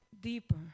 deeper